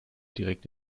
direkt